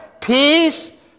peace